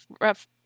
Rough